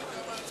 של